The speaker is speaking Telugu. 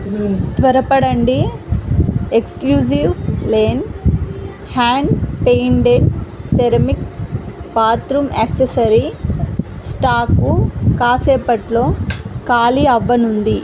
త్వరపడండి exclusive line hand painted ceramic bathroom accessory stock కాసేపట్లో ఖాళీ అవ్వనుంది